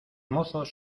mozos